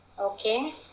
Okay